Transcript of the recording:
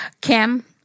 Kim